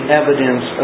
evidence